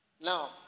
Now